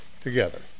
together